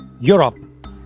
Europe